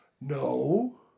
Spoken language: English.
No